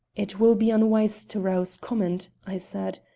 it will be unwise to rouse comment, i said.